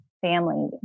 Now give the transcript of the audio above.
family